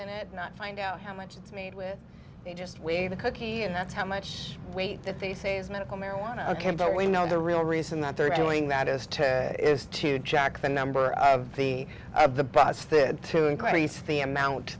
in it not find out how much it's made with they just wave a cookie and that's how much weight that they say is medical marijuana ok but we know the real reason that they're doing that as ted is to jack the number of the the boss said to increase the amount